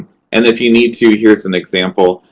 and if you need to here's an example.